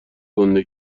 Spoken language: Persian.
گنده